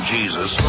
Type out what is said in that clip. Jesus